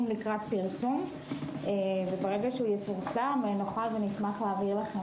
לקראת פרסום וברגע שהוא יפורסם נוכל ונשמח להעביר לכם